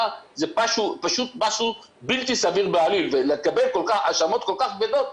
זה פשוט משהו בלתי סביר בעליל ולקבל האשמות כל כך כבדות,